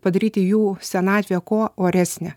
padaryti jų senatvę kuo oresnę